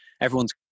everyone's